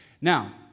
Now